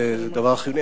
זה דבר חיוני.